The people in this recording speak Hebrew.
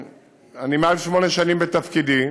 אני יותר משמונה שנים בתפקידי,